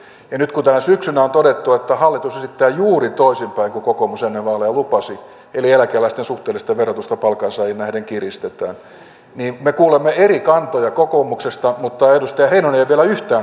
ja nyt kun tänä syksynä on todettu että hallitus esittää juuri toisinpäin kuin kokoomus ennen vaaleja lupasi eli eläkeläisten suhteellista verotusta palkansaajiin nähden kiristetään niin me kuulemme eri kantoja kokoomuksesta mutta edustaja heinonen ei ole vielä yhtään kantaa sanonut